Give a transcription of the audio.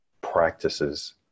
practices